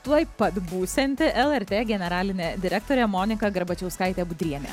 tuoj pat būsianti lrt generalinė direktorė monika garbačiauskaitė budrienė